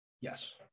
Yes